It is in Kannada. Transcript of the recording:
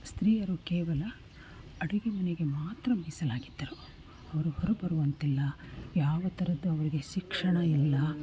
ಸ್ತ್ರೀಯರು ಕೇವಲ ಅಡುಗೆ ಮನೆಗೆ ಮಾತ್ರ ಮೀಸಲಾಗಿದ್ದರು ಅವರು ಹೊರ ಬರುವಂತಿಲ್ಲ ಯಾವ ಥರದ್ದು ಅವರಿಗೆ ಶಿಕ್ಷಣ ಇಲ್ಲ